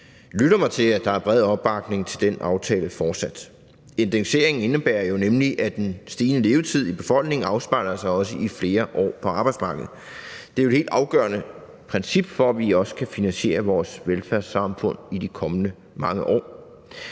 lytter mig til, at der fortsat er bred opbakning til den aftale. Indekseringen indebærer jo nemlig, at den stigende levetid i befolkningen også afspejler sig i flere år på arbejdsmarkedet, og det er jo et helt afgørende princip for, at vi også kan finansiere vores velfærdssamfund i de kommende mange år.